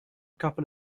couple